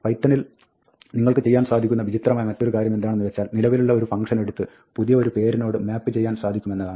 പൈത്തണിൽ നിങ്ങൾക്ക് ചെയ്യാൻ സാധിക്കുന്ന വിചിത്രമായ മറ്റൊരു കാര്യമെന്താണെന്ന് വെച്ചാൽ നിലവിലുള്ള ഒരു ഫംഗ്ഷനെടുത്ത് പുതിയ ഒരു പേരിനോട് മാപ്പ് ചെയ്യുവാൻ സാധിക്കുമെന്നതാണ്